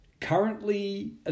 Currently